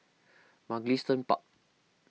Mugliston Park